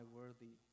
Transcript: worthy